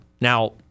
now